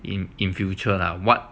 in in future lah what